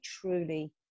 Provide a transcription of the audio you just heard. truly